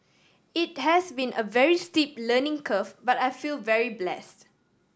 it has been a very steep learning curve but I feel very blessed